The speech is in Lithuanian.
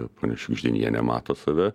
ponia šiugždinienė mato save